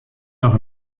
noch